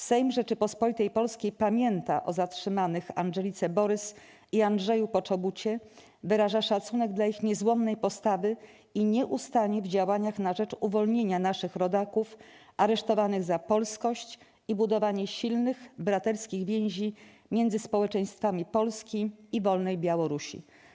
Sejm Rzeczypospolitej Polskiej pamięta o zatrzymanych Andżelice Borys i Andrzeju Poczobucie, wyraża szacunek dla ich niezłomnej postawy i nie ustanie w działaniach na rzecz uwolnienia naszych rodaków, aresztowanych za polskość i budowanie silnych, braterskich więzi między społeczeństwami Polski i wolnej Białorusi˝